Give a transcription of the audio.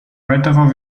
weiterer